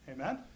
Amen